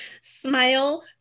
smile